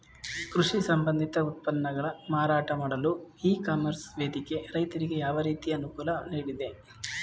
ಕೃಷಿ ಸಂಬಂಧಿತ ಉತ್ಪನ್ನಗಳ ಮಾರಾಟ ಮಾಡಲು ಇ ಕಾಮರ್ಸ್ ವೇದಿಕೆ ರೈತರಿಗೆ ಯಾವ ರೀತಿ ಅನುಕೂಲ ನೀಡಿದೆ?